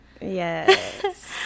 Yes